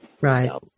Right